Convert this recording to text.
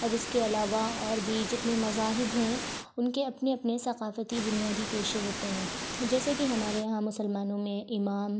اور اس کے علاوہ اور بھی جتنے مذاہب ہیں ان کے اپنے اپنے ثقافتی بنیادی پیشے ہوتے ہیں جیسے کہ ہمارے یہاں مسلمانوں میں امام